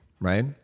right